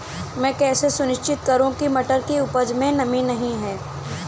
मैं कैसे सुनिश्चित करूँ की मटर की उपज में नमी नहीं है?